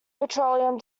petroleum